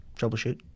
troubleshoot